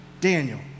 Daniel